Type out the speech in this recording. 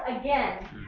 again